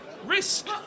risk